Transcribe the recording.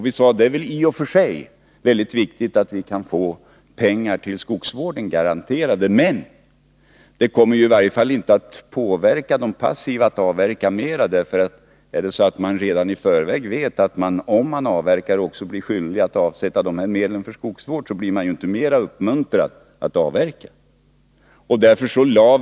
Vi sade att det i och för sig är viktigt att vi kan få pengar till skogsvården garanterade, men det kommer i varje fall inte att påverka de passiva att avverka mera. Är det så att man redan i förväg vet att man om man avverkar också blir skyldig att avsätta medlen för skogsvård, blir man ju inte uppmuntrad att avverka.